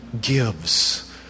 gives